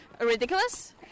ridiculous